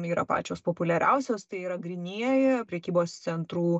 yra pačios populiariausios tai yra grynieji prekybos centrų